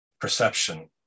perception